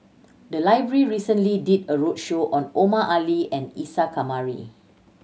the library recently did a roadshow on Omar Ali and Isa Kamari